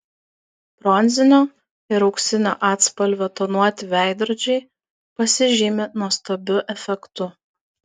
bronzinio ir auksinio atspalvio tonuoti veidrodžiai pasižymi nuostabiu efektu